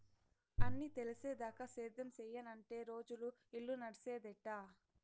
అన్నీ తెలిసేదాకా సేద్యం సెయ్యనంటే రోజులు, ఇల్లు నడిసేదెట్టా